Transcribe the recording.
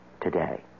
today